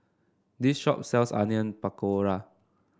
this shop sells Onion Pakora